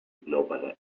global